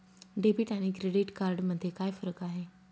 Debit आणि credit card मध्ये काय फरक आहे?